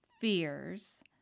fears